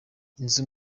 inzu